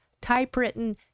typewritten